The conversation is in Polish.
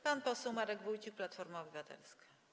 Pan poseł Marek Wójcik, Platforma Obywatelska.